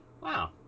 wow